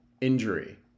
injury